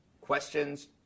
questions